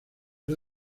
era